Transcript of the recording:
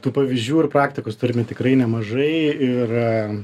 tų pavyzdžių ir praktikos turime tikrai nemažai ir